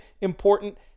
important